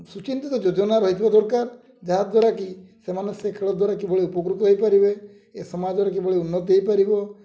ସୁଚିନ୍ତିତ ଯୋଜନା ରହିଥିବା ଦରକାର ଯାହାଦ୍ୱାରା କି ସେମାନେ ସେ ଖେଳ ଦ୍ୱାରା କିଭଳି ଉପକୃତ ହେଇପାରିବେ ଏ ସମାଜର କିଭଳି ଉନ୍ନତି ହେଇପାରିବ